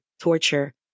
torture